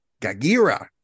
Gagira